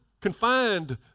confined